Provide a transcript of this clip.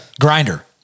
grinder